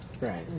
Right